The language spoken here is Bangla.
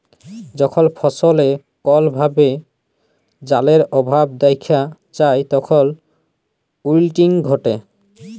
যখল ফসলে কল ভাবে জালের অভাব দ্যাখা যায় তখল উইলটিং ঘটে